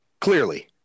clearly